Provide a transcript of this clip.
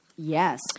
Yes